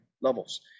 levels